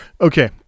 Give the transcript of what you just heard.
okay